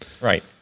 Right